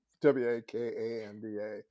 W-A-K-A-N-D-A